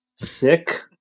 Sick